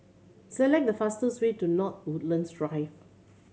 select the fastest way to North Woodlands Drive